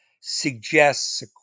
suggests